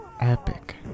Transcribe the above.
epic